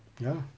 ya lah